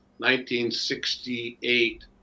1968